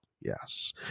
Yes